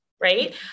right